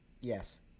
yes